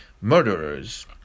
murderers